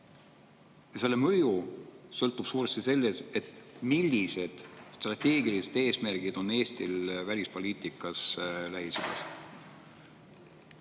selle mõju sõltub suuresti sellest, millised strateegilised eesmärgid on Eesti välispoliitikal Lähis-Idas.